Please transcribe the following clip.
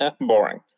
Boring